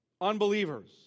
unbelievers